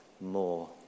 more